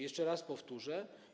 Jeszcze raz powtórzę.